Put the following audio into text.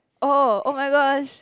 oh oh-my-gosh